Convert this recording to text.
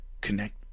connect